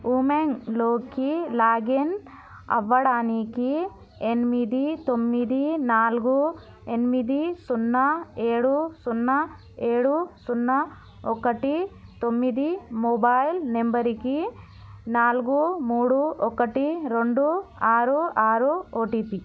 ఉమంగ్ లోకి లాగిన్ అవ్వడానికి ఎనిమిది తొమిది నాలుగు ఎనిమిది సున్న ఏడు సున్న ఏడు సున్న ఒకటి తొమిది మొబైల్ నెంబరికి నాలుగు మూడు ఒకటి రెండు ఆరు ఆరు ఓటీపీ